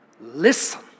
listen